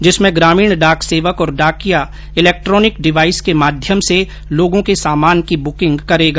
जिसमें ग्रामीण डाक सेवक और डाकिया इलेक्ट्रोनिक डिवाइस के माध्यम से लोगों के सामान की बुकिंग करेंगा